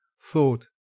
thought